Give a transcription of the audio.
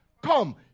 Come